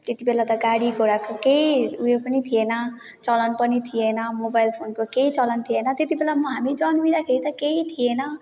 त्यति बेला त गाडीघोडाको केही उयो पनि थिएन चलन पनि थिएन मोबाइल फोनको केही चलन थिएन त्यति बेला म हामी जन्मिँदाखेरि त केही थिएन